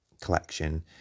collection